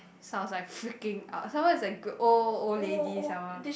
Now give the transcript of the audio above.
so I was like freaking out some more is like old old lady some more